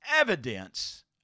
evidence